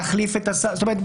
זאת אומרת,